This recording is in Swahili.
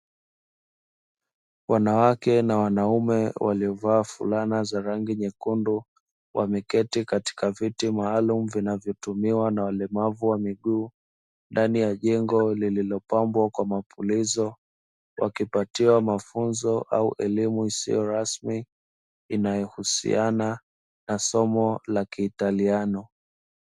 Wanawake na wanaume waliovaa fulana nyekundu wameketi katika viti maalumu vinavyotumiwa na walemavu wa miguu ndani ya jengo lililopambwa kwa mapulizo, wakipatiwa mafunzo au elimu isiyo rasmi inayohusiana na somo la kiitaliano.